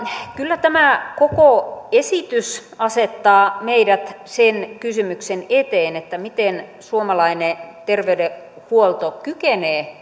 kyllä tämä koko esitys asettaa meidät sen kysymyksen eteen miten suomalainen terveydenhuolto kykenee